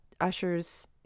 ushers